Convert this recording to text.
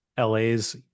LA's